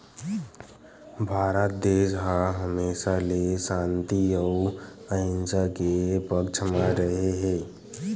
भारत देस ह हमेसा ले सांति अउ अहिंसा के पक्छ म रेहे हे